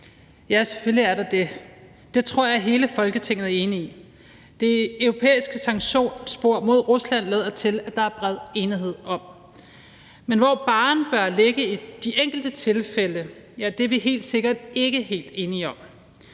Ja, selvfølgelig er der det. Det tror jeg at hele Folketinget er enig i. Det europæiske sanktionsspor mod Rusland lader til, at der er bred enighed om det. Men hvor barren bør ligge i de enkelte tilfælde, er vi helt sikkert ikke helt enige om.